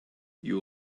you